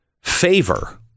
favor